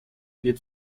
wird